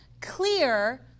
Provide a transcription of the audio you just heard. Clear